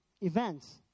events